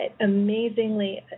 amazingly